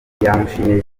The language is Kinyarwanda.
yamushimiye